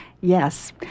Yes